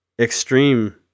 extreme